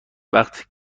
وقت